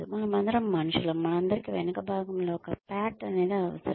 మనమందరం మనుషులం మనందరికీ వెనుక భాగంలో ఒక పాట్ అవసరం